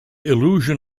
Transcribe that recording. illusion